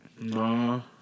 No